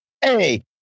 Hey